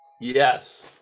yes